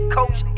coach